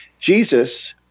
Jesus